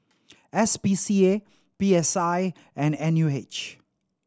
S P C A P S I and N U H